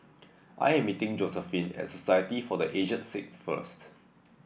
I am meeting Josephine at Society for The Aged Sick first